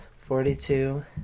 Forty-two